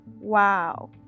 Wow